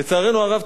לצערנו הרב,